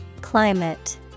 Climate